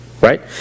Right